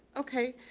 okay.